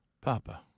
Papa